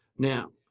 now,